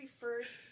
first